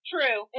True